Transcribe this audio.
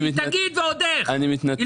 אני מתנצל.